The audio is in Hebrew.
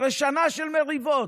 אחרי שנה של מריבות,